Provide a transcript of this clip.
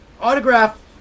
autograph